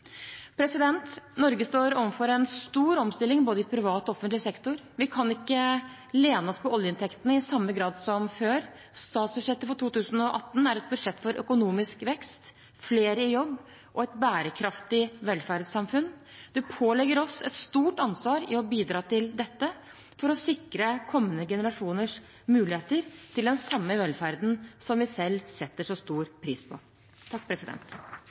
Norge står overfor en stor omstilling i både privat og offentlig sektor. Vi kan ikke lene oss på oljeinntektene i samme grad som før. Statsbudsjettet for 2018 er et budsjett for økonomisk vekst, flere i jobb og et bærekraftig velferdssamfunn. Det pålegger oss et stort ansvar å bidra til dette, for å sikre kommende generasjoners muligheter til den samme velferden som vi selv setter så stor pris på.